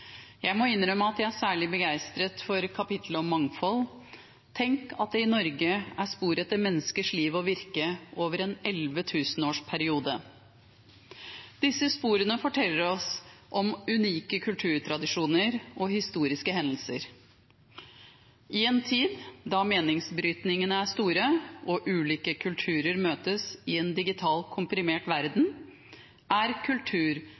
Jeg må innrømme at jeg er særlig begeistret for kapitlet om mangfold tenk at det i Norge er spor etter menneskers liv og virke over en 11 000 årsperiode. Disse sporene forteller oss om unike kulturtradisjoner og historiske hendelser. I en tid da meningsbrytningene er store og ulike kulturer møtes i en digital komprimert verden, er kultur